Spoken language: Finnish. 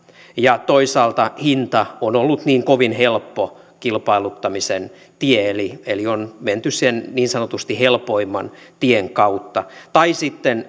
ja toisaalta hinta on ollut niin kovin helppo kilpailuttamisen tie eli eli on menty niin sanotusti sen helpoimman tien kautta tai sitten